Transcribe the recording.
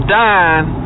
dying